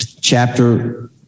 chapter